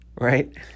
right